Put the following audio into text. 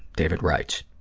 david writes.